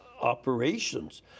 operations